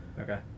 Okay